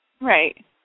Right